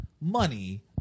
money